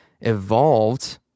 evolved